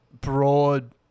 broad